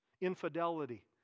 infidelity